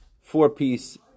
four-piece